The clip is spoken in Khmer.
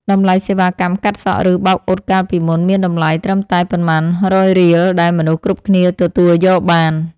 តម្លៃសេវាកម្មកាត់សក់ ឬបោកអ៊ុតកាលពីមុនមានតម្លៃត្រឹមតែប៉ុន្មានរយរៀលដែលមនុស្សគ្រប់គ្នាទទួលយកបាន។